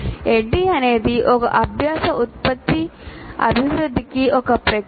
ADDIE అనేది ఒక అభ్యాస ఉత్పత్తి అభివృద్ధికి ఒక ప్రక్రియ